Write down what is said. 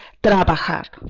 trabajar